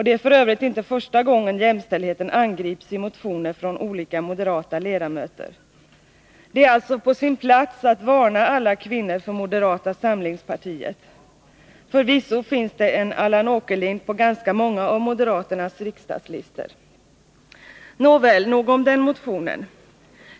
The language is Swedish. Det är f. ö. inte första gången jämställdheten angrips i motioner från olika moderata ledamöter. Det är alltså på sin plats att varna alla kvinnor för moderata samlingspartiet. Förvisso finns det en Allan Åkerlind på ganska många av moderaternas riksdagslistor. Nåväl, nog om den motionen.